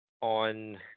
on